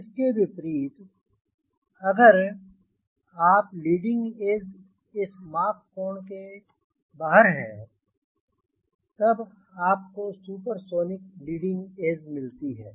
इसके विपरीत अगर आपकी लीडिंग एज इस मॉक कोण के बाहर है तब आपको सुपर सोनिक लीडिंग एज मिलती है